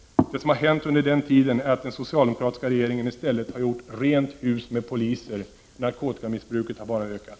Det som har hänt under den tiden är att den socialdemokratiska regeringen istället har gjort ”rent hus med poliser”. Narkotikamissbruket har bara ökat.